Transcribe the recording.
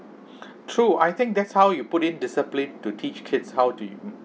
true I think that's how you put in discipline to teach kids how to